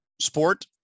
sport